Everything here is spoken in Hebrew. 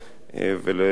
ולעוזרי,